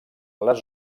les